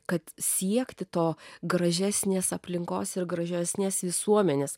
kad siekti to gražesnės aplinkos ir gražesnės visuomenės